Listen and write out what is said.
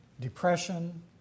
depression